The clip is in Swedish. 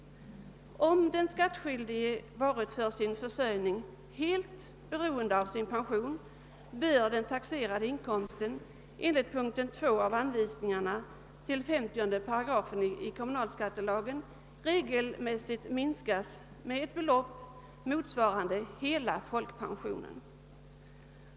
Om den skattskyldige varit för sin försörjning helt beroende av sin pension bör den taxerade inkomsten enligt punkt 2 i anvisningarna till 50 8 kommunalskattelagen regelmässigt minskas med ett belopp motsvarande hela folkpensionen.